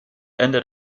ended